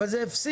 אבל זה הפסיק,